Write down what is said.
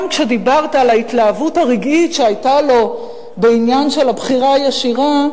גם כשדיברת על ההתלהבות הרגעית שהיתה לו בעניין הבחירה הישירה,